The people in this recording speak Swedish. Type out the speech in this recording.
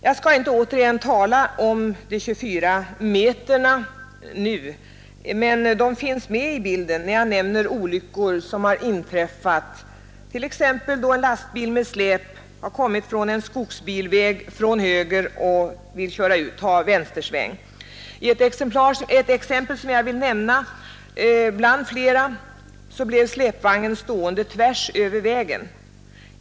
Jag skall inte återigen tala om de 24 metrarna nu, men de finns med i bilden när jag nämner olyckor som har inträffat t.ex. då en lastbil med släp kommit från en skogsbilväg och velat köra ut med en vänstersväng. I ett exempel som jag vill nämna bland flera blev släpvagnen stående tvärsöver vägen.